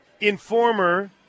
informer